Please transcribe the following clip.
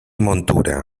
montura